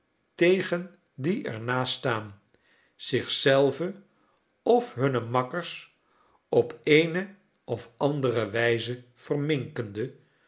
tegen die er naast staan zich zelven of hunne makkers op eene of andere wijze verminkende